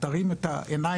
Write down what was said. תרים את העיניים,